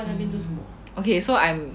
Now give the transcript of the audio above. mm so I'm